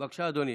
בבקשה, אדוני.